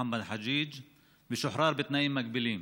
מוחמד חג'יג' הוא שוחרר בתנאים מגבילים